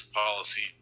policy